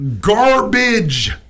garbage